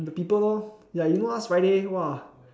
the people lor you know last friday !wah!